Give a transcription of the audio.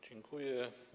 Dziękuję.